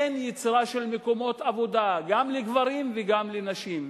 אין יצירה של מקומות עבודה, גם לגברים וגם לנשים.